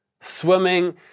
Swimming